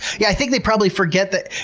yeah, i think they probably forget that,